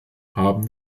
haben